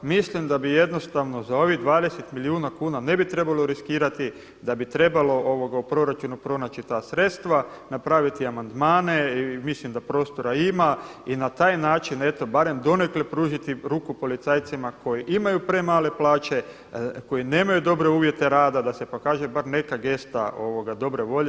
Mislim da bi jednostavno za ovih 20 milijuna kuna ne bi trebalo riskirati da bi trebalo u proračunu pronaći ta sredstva, napraviti amandmane i mislim da prostora ima i na taj način barem donekle pružiti ruku policajcima koji imaju premale plaće, koji nemaju dobre uvjete rada da se pokaže bar neka gesta dobre volje.